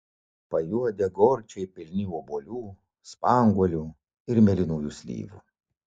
pajuodę gorčiai pilni obuolių spanguolių ir mėlynųjų slyvų